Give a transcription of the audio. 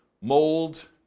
mold